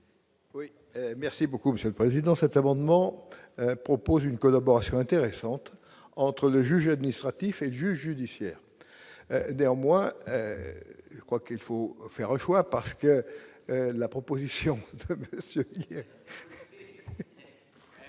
Oui merci beaucoup monsieur le Président, cet amendement propose une collaboration intéressante entre. Le juge administratif et le juge judiciaire, néanmoins, je crois qu'il faut faire un choix parce que la proposition de qui.